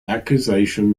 accusation